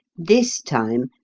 this time,